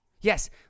Yes